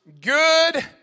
good